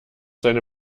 seine